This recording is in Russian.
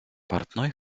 портной